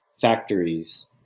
factories